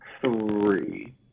three